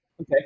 Okay